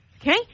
Okay